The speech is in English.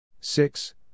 six